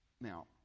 Now